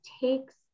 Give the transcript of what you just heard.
takes